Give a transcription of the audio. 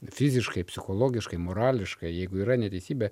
fiziškai psichologiškai morališkai jeigu yra neteisybė